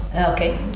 Okay